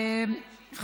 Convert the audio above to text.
אני אישאר להודעה האישית.